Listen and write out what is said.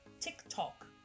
TikTok